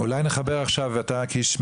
אולי נחבר עכשיו את ארקיש,